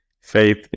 faith